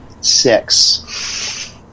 six